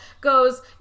goes